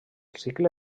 cicle